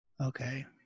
Okay